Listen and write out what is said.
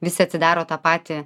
visi atsidaro tą patį